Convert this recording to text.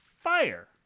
fire